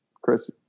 Chris